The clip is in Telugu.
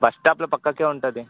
బస్స్టాప్లో ప్రక్కకే ఉంటుంది